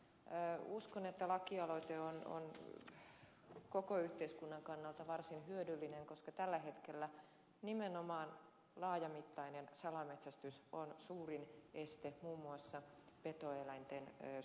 uskon että lakialoite on koko yhteiskunnan kannalta varsin hyödyllinen koska tällä hetkellä nimenomaan laajamittainen salametsästys on suurin este muun muassa petoeläinten suojelutoimille